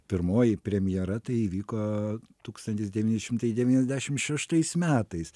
pirmoji premjera tai įvyko tūkstantis devyni šimtai devyniasdešim šeštais metais